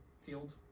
field